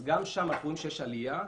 גם שם אנחנו רואים שיש עלייה,